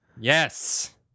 Yes